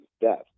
death